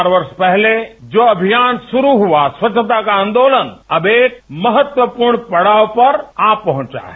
चार वर्ष पहले जो अभियान शुरू हुआ स्वच्छता का आन्दोलन अब एक महत्वपूर्ण पड़ाव पर आ पहंचा है